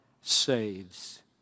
saves